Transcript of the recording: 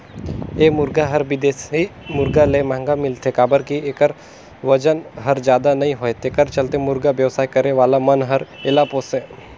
ए मुरगा हर बिदेशी मुरगा ले महंगा मिलथे काबर कि एखर बजन हर जादा नई होये तेखर चलते मुरगा बेवसाय करे वाला मन हर एला पोसे